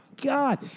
God